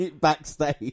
backstage